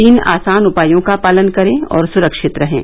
तीन आसान उपायों का पालन करें और सुरक्षित रहें